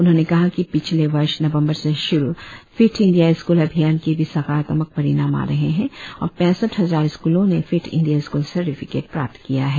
उन्होंने कहा कि पिछले वर्ष नवंबर से शुरु फिट इंडिया स्कूल अभियान के भी सकारात्मक परिणाम आ रहे हैं और पैसठ हजार स्कूलों ने फिट इंडिया स्कूल सर्टिफिकेट प्राप्त किया है